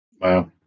Wow